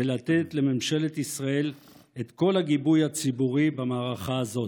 ולתת לממשלת ישראל את כל הגיבוי הציבורי במערכה הזאת.